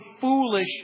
foolish